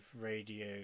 Radio